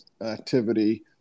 activity